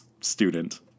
student